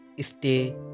Stay